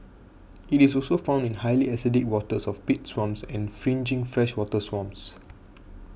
it is also found in highly acidic waters of peat swamps and fringing freshwater swamps